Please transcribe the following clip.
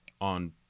on